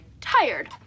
Tired